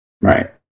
Right